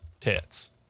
tits